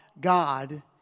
God